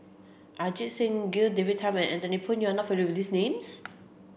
Ajit Singh Gill David Tham and Anthony Poon not familiar with these names